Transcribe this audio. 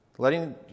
Letting